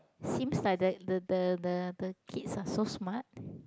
seems like that the the the the kids are so smart